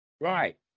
Right